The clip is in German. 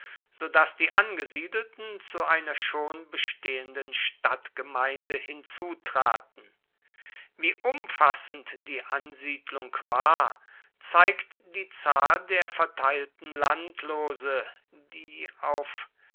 daß die angesiedelten zu einer schon bestehenden stadtgemeinde hinzutraten wie umfassend die ansiedelung war zeigt die zahl der verteilten landlose die auf